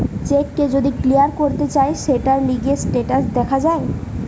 check কে যদি clear করতে চায় সৌটার লিগে স্টেটাস দেখা যায়